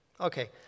Okay